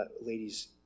ladies